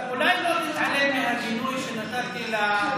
אולי לא תתעלם מהגינוי שנתתי לפיגוע?